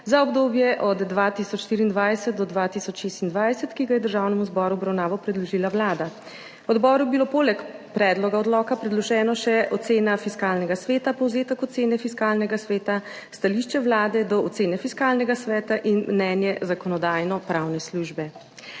za obdobje od 2024-2026, ki ga je Državnemu zboru v obravnavo predložila Vlada. Odboru je bilo poleg predloga odloka predloženo še ocena Fiskalnega sveta, povzetek ocene Fiskalnega sveta, stališče Vlade do ocene Fiskalnega sveta in mnenje Zakonodajno-pravne službe.